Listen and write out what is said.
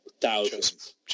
thousands